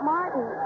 Martin